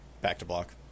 Back-to-block